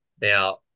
Now